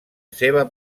seva